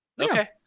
Okay